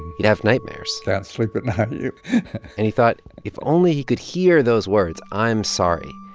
he'd have nightmares can't sleep at night and he thought if only he could hear those words, i'm sorry,